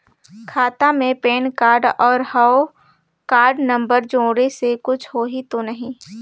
खाता मे PAN card और हव कारड नंबर जोड़े से कुछ होही तो नइ?